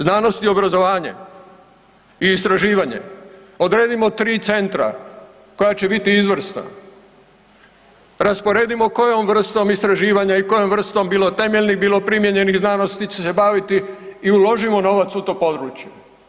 Znanost i obrazovanje i istraživanje, odredimo 3 centra koja će biti izvrsna, rasporedimo kojom vrstom istraživanja i kojom vrstom, bilo temeljnih, bilo primijenjenih znanosti će se baviti i uložimo novac u to područje.